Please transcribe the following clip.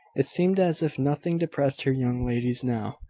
it seemed as if nothing depressed her young ladies now.